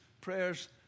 prayers